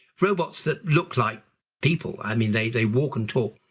robots that look like people, i mean they they walk and talk,